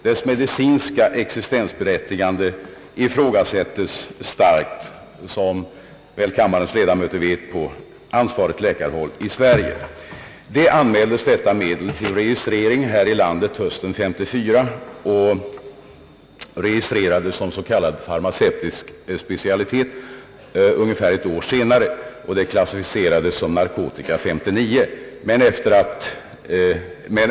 Dess medicinska existensberättigande ifrågasättes starkt på ansvarigt läkarhåll i Sverige. Detta medel anmäldes för registrering här 1 landet hösten 1954 och registrerades som s.k. farmacevtisk specialitet ungefär ett år senare. Det klassificerades som narkotika 1959.